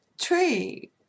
tree